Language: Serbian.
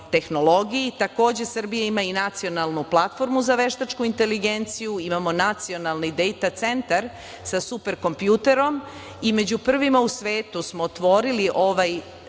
tehnologiji. Takođe, Srbija ima i nacionalnu platformu za veštačku inteligenciju. Imamo Nacionalni data centar sa superkompjuterom i među prvima u svetu smo otvorili ovaj